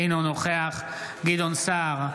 אינו נוכח גדעון סער,